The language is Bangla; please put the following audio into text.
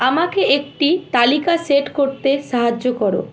আমাকে একটি তালিকা সেট করতে সাহায্য কর